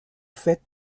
fait